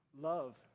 love